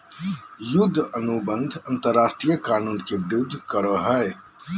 युद्ध अनुबंध अंतरराष्ट्रीय कानून के विरूद्ध करो हइ